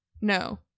no